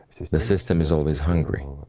the system is always hungry.